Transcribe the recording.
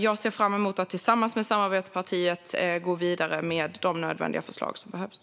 Jag ser fram emot att tillsammans med samarbetspartiet gå vidare med de förslag som behövs.